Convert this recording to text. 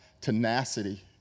tenacity